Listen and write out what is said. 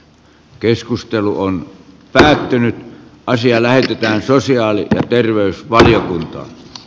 keskustelu on täytynyt karsia lähestytään toisistaan ja itsestään